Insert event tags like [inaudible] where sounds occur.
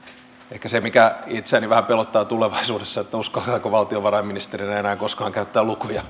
ehkä se mikä itseäni vähän pelottaa tulevaisuudessa on että uskallanko valtiovarainministerinä enää koskaan käyttää lukuja [unintelligible]